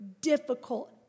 difficult